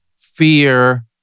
fear